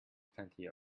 plenty